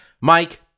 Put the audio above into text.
Mike